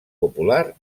popular